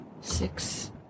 Six